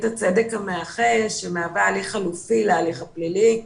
הצדק המאחה שמהווה הליך חלופי להליך הפלילי.